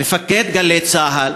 מפקד "גלי צה"ל".